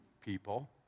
people